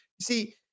See